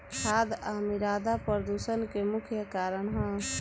खाद आ मिरदा प्रदूषण के मुख्य कारण ह